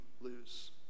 lose